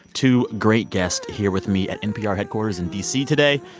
two great guests here with me at npr headquarters in d c. today.